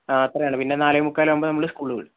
ആ അത്രയുമാണ് പിന്നേ നാലേമുക്കാലാകുമ്പോൾ നമ്മള് സ്കൂൾ വിടും